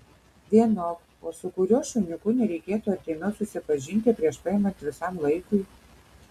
vienok o su kuriuo šuniuku nereikėtų artimiau susipažinti prieš paimant visam laikui